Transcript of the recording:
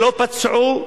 שלא פצעו,